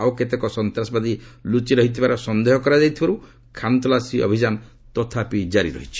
ଆଉ କେତେକ ସନ୍ତାସବାଦୀ ଲୁଚି ରହିଥିବାର ସନ୍ଦେହ କରାଯାଉଥିବାରୁ ଖାନ୍ତଲାସି ଅଭିଯାନ ଜାରି ରହିଛି